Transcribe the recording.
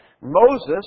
Moses